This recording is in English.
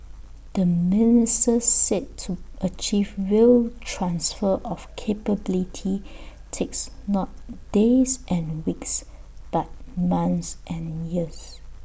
the minister said to achieve real transfer of capability takes not days and weeks but months and years